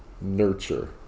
nurture